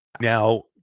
now